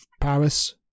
Paris